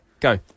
go